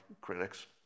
critics